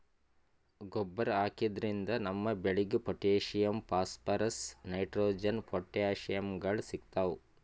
ಗೊಬ್ಬರ್ ಹಾಕಿದ್ರಿನ್ದ ನಮ್ ಬೆಳಿಗ್ ಪೊಟ್ಟ್ಯಾಷಿಯಂ ಫಾಸ್ಫರಸ್ ನೈಟ್ರೋಜನ್ ಪೋಷಕಾಂಶಗಳ್ ಸಿಗ್ತಾವ್